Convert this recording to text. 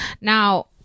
Now